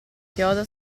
chiodo